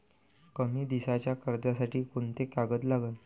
कमी दिसाच्या कर्जासाठी कोंते कागद लागन?